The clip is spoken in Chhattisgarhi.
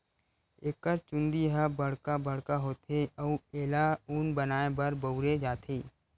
एकर चूंदी ह बड़का बड़का होथे अउ एला ऊन बनाए बर बउरे जाथे